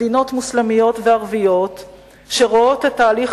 מדינות מוסלמיות וערביות שרואות את תהליך